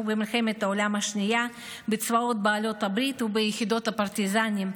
במלחמת העולם השנייה בצבאות בעלות הברית וביחידות הפרטיזנים,